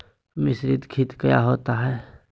मिसरीत खित काया होती है?